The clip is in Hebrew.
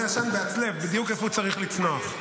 עשן בהצלב בדיוק איפה הוא צריך לצנוח.